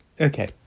Okay